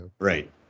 right